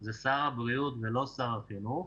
זה שר הבריאות ולא שר החינוך,